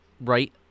right